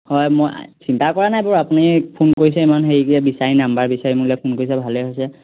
হয় মই চিন্তা কৰা নাই বাৰু আপুনি ফোন কৰিছে ইমান হেৰিকৈ বিচাৰি নাম্বাৰ বিচাৰি মোলে ফোন কৰিছে ভালেই হৈছে